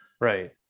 Right